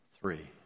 three